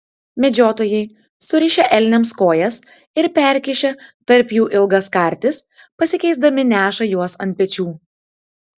medžiotojai surišę elniams kojas ir perkišę tarp jų ilgas kartis pasikeisdami neša juos ant pečių